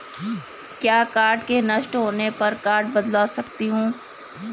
क्या कार्ड के नष्ट होने पर में कार्ड बदलवा सकती हूँ?